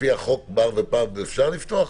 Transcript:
לפי החוק בר ופאב אפשר לפתוח?